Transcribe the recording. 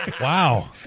wow